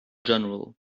general